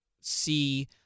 see